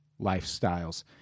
lifestyles